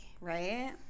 Right